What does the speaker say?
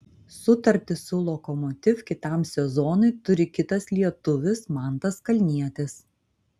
sutartį su lokomotiv kitam sezonui turi kitas lietuvis mantas kalnietis